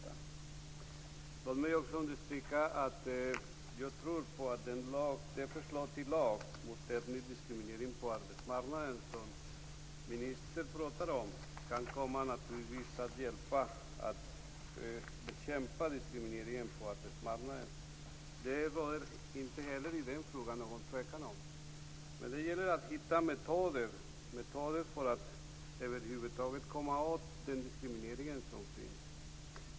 Låt mig också understryka att jag tror att det förslag till lag mot etnisk diskriminering på arbetsmarknaden som ministern talar om kan hjälpa till att bekämpa diskrimineringen på arbetsmarknaden. Det råder det heller inte någon tvekan om. Men det gäller att hitta metoder för att över huvud taget komma åt den diskriminering som finns.